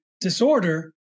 disorder